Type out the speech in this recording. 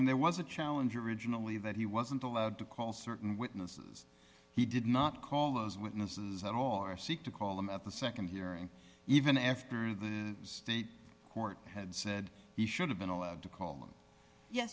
mean there was a challenge originally that he wasn't allowed to call certain witnesses he did not call those witnesses at all or seek to call them at the nd hearing even after the state court had said he should have been allowed to call